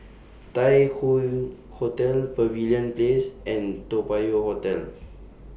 Tai Hoe Hotel Pavilion Place and Toa Payoh Hotel